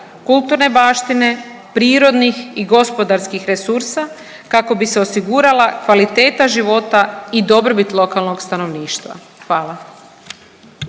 kulturne baštine, prirodnih i gospodarskih resursa kako bi se osigurala kvaliteta života i dobrobit lokanog stanovništva. Hvala.